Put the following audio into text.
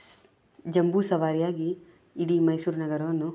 ಸ್ ಜಂಬೂ ಸವಾರಿಯಾಗಿ ಇಡೀ ಮೈಸೂರು ನಗರವನ್ನು